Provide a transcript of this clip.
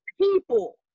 people